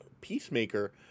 Peacemaker